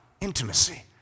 intimacy